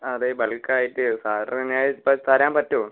ആ അതെ ബൾക്കായിട്ട് സാറിന് ഞാൻ ഇപ്പം തരാൻ പറ്റുവോ